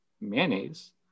mayonnaise